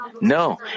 No